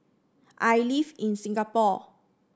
I live in Singapore